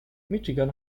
michigan